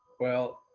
well,